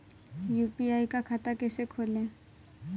UPI का खाता कैसे खोलें?